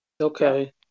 Okay